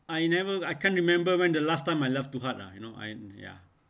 I never I can't remember when the last time I laugh too hard lah you know I ya